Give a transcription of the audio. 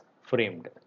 framed